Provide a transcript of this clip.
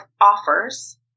offers